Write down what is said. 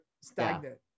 stagnant